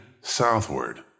southward